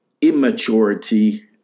immaturity